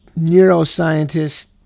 neuroscientist